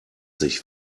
sich